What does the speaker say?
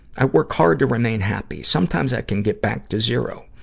i work hard to remain happy. sometimes i can get back to zero.